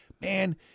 man